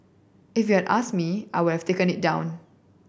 if you had asked me I would have taken it down